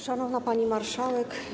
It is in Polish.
Szanowna Pani Marszałek!